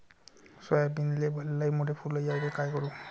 सोयाबीनले लयमोठे फुल यायले काय करू?